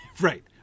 Right